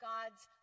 God's